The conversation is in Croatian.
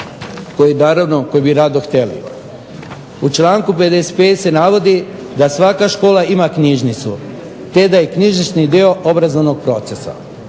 koje bi rado htjeli. U članku 55. se navodi da svaka škola ima knjižnicu te da je knjižnični dio obrazovnog procesa.